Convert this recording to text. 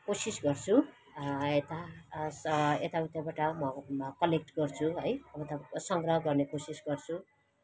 कोसिस गर्छु यता यताउता बट म कलेक्ट गर्छु है अन्त सङ्ग्रह गर्ने कोसिस गर्छु